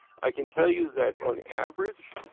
i can tell you that on average,